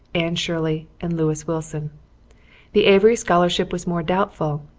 anne shirley, and lewis wilson the avery scholarship was more doubtful,